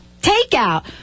takeout